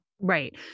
right